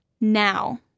now